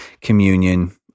communion